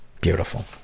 Beautiful